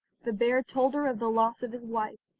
the bear told her of the loss of his wife,